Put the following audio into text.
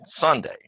Sunday